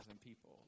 people